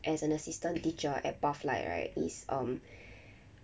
as an assistant teacher at pathlight right is um